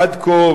עד כה,